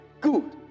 Good